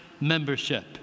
membership